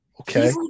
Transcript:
Okay